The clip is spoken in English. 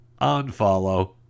unfollow